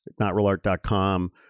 notrealart.com